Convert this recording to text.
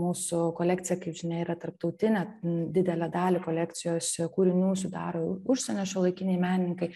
mūsų kolekcija kaip žinia yra tarptautinė didelę dalį kolekcijos kūrinių sudaro užsienio šiuolaikiniai menininkai